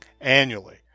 annually